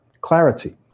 clarity